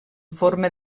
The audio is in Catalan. forma